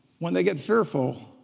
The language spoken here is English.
when they get fearful,